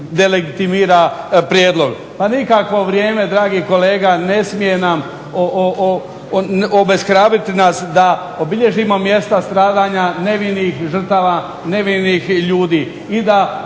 delegitimira prijedlog. Pa nikakvo vrijeme dragi kolega ne smije nas obeshrabriti da obilježimo mjesta stradanja nevinih žrtava, nevinih ljudi i da